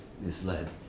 misled